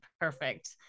perfect